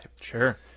Sure